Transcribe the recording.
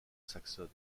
saxonne